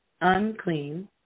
unclean